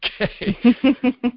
Okay